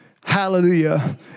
Hallelujah